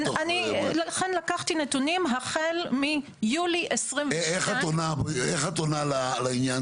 ולכן אני לקחתי נתונים החל מיולי 2022. איך את עונה על העניין